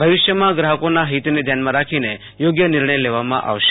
ભવિષ્યમાં ગ્રાહકીના હિતને ધ્યાનમાં રોખીને યોગ્ય નિર્ણય લેવામાં આવશે